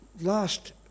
Last